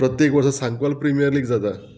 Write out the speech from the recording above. प्रत्येक वर्सा सांगवाल प्रिमियर लीग जाता